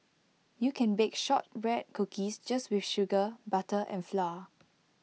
you can bake Shortbread Cookies just with sugar butter and flour